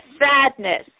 sadness